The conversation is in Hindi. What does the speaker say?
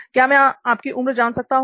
क्या मैं आपकी उम्र जान सकता हूं